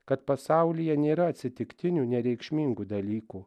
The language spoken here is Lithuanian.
kad pasaulyje nėra atsitiktinių nereikšmingų dalykų